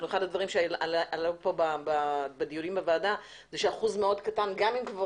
אחד הדברים שעלו כאן בדיוני הוועדה הוא שאחוז מאוד קטן גם אם יש